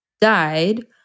died